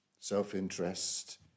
self-interest